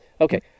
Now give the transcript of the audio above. okay